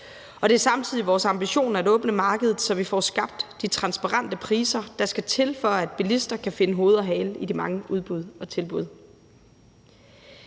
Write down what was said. det er samtidig vores ambition at åbne markedet, så vi får skabt de transparente priser, der skal til, for at bilister kan finde hoved og hale i de mange udbud og tilbud.